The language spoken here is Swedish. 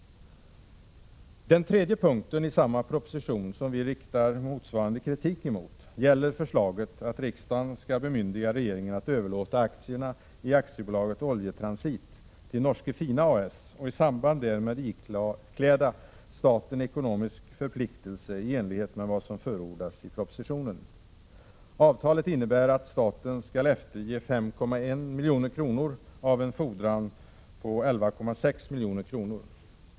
Den tredje punkten i samma proposition som vi riktar motsvarande kritik emot gäller förslaget att riksdagen skall bemyndiga regeringen att överlåta aktierna i AB Oljetransit till Norske Fina A/S och i samband därmed ikläda staten ekonomisk förpliktelse i enlighet med vad som förordas i propositionen. Avtalet innebär att staten skall efterge 5,1 milj.kr. av en fordran på 11,6 milj.kr.